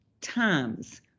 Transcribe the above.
times